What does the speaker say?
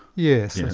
yes, that's